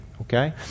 Okay